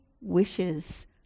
wishes